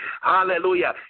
Hallelujah